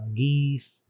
geese